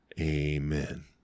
Amen